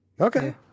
Okay